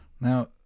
Now